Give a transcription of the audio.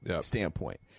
Standpoint